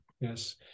Yes